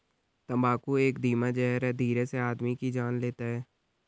तम्बाकू एक धीमा जहर है धीरे से आदमी की जान लेता है